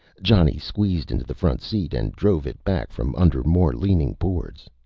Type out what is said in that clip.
johnny squeezed into the front seat and drove it back from under more leaning boards.